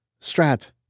Strat